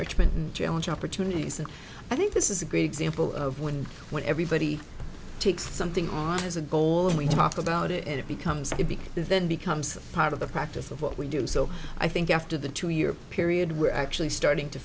richmond challenge opportunities and i think this is a great example of when when everybody takes something on as a goal and we talk about it and it becomes a big then becomes part of the practice of what we do so i think after the two year period we're actually starting to